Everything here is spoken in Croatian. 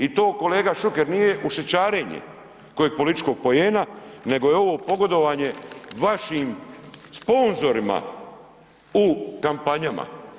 I to kolega Šuker nije ušičarenje kojeg političkog poena nego je ovo pogodovanje vašim sponzorima u kampanjama.